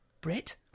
Brit